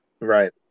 right